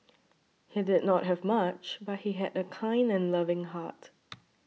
he did not have much but he had a kind and loving heart